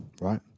right